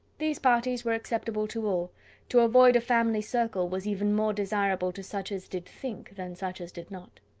these parties were acceptable to all to avoid a family circle was even more desirable to such as did think, than such as did not.